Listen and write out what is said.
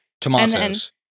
Tomatoes